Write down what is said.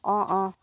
অঁ অঁ